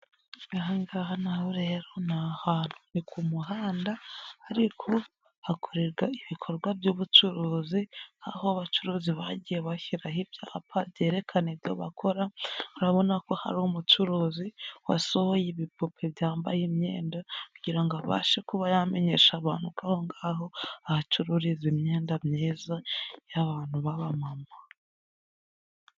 Aha ngaha naho rero ni ahantu. Ni ku muhanda ariko hakorerwa ibikorwa by'ubucuruzi, aho abacuruzi bagiye bashyiraho ibyapa byerekana ibyo bakora. Urabona ko hari umucuruzi wasohoye ibipupe byambaye imyenda kugira ngo abashe kuba yamenyesha abantu ko aho ngaho ahacururiza imyenda myiza y'abantu baba mama.